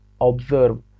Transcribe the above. observe